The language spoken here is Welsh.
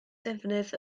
defnydd